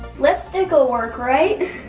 lipstick will work, right?